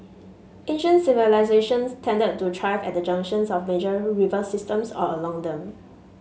ancient civilisations tended to thrive at the junctions of major river systems or along them